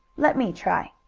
let me try.